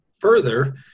further